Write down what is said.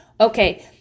Okay